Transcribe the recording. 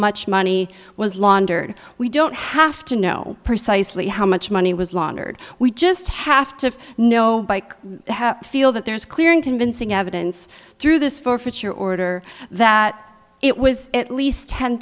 much money was laundered we don't have to know precisely how much money was laundered we just have to know by feel that there's clear and convincing evidence through this forfeiture order that it was at least ten